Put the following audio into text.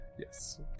yes